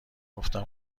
گفتم